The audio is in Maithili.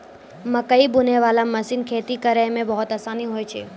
मकैइ बुनै बाला मशीन खेती करै मे बहुत आसानी होय छै